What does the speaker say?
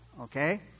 okay